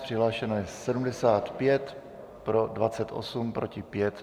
Přihlášeno je 75, pro 28, proti 5.